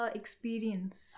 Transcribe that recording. experience